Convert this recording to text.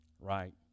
Right